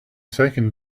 second